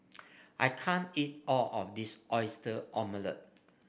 I can't eat all of this Oyster Omelette